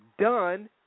done